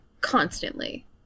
constantly